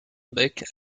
beck